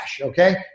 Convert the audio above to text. Okay